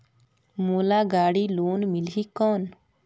मोला गाड़ी लोन मिलही कौन?